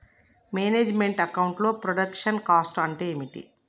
Manage meant account లో production cost అంటే ఏమిటి?